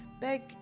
big